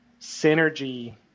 synergy